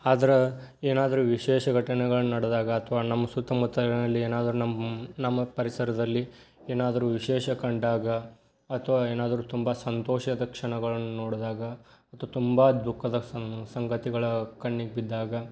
ಆದ್ರೆ ಏನಾದ್ರೂ ವಿಶೇಷ ಘಟನೆಗಳನ್ನು ನಡೆದಾಗ ಅಥವಾ ನಮ್ಮ ಸುತ್ತಮುತ್ತಲಿನಲ್ಲಿ ಏನಾದ್ರೂ ನಮ್ಮ ನಮ್ಮ ಪರಿಸರದಲ್ಲಿ ಏನಾದ್ರೂ ವಿಶೇಷ ಕಂಡಾಗ ಅಥವಾ ಏನಾದ್ರೂ ತುಂಬ ಸಂತೋಷದ ಕ್ಷಣಗಳನ್ನು ನೋಡಿದಾಗ ಅಥವಾ ತುಂಬ ದುಃಖದ ಸಂ ಸಂಗತಿಗಳ ಕಣ್ಣಿಗೆ ಬಿದ್ದಾಗ